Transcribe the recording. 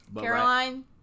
Caroline